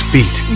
Beat